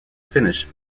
finnish